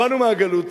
באנו מהגלות,